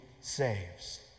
saves